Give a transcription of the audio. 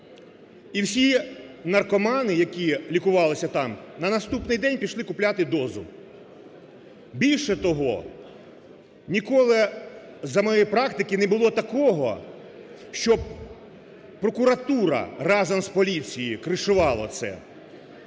і всі наркомани, які лікувалися там, на наступний день пішли купляти дозу. Більше того, ніколи за моєї практики не було такого, щоб прокуратура разом з поліцією кришувала це,